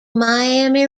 miami